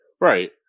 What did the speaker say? Right